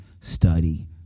study